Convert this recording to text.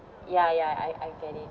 ya ya I I get it